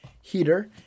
heater